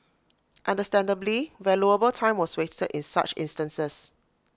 understandably valuable time was wasted in such instances